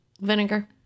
vinegar